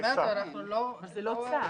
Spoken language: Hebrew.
אבל זה לא צו.